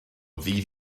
ddydd